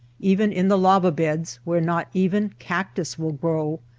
even in the lava-beds where not even cactus will grow,